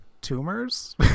tumors